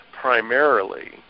primarily